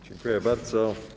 Dziękuję bardzo.